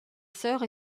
sœurs